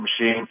Machine